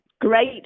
Great